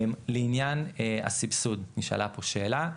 לעניין הסבסוד, נשאלה פה שאלה,